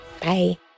Bye